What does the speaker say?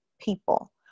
people